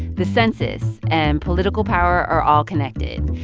the census and political power are all connected.